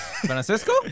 Francisco